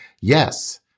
yes